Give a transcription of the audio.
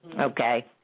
Okay